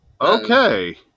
Okay